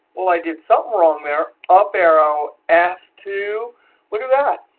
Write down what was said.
well, i did something wrong there. up arrow f two look at that.